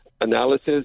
analysis